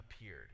appeared